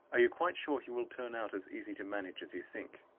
are you quite sure he will turn out as easy to manage as you think?